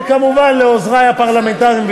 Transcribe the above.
וכמובן לעוזרי הפרלמנטריים,